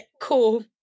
cool